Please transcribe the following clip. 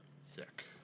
Sick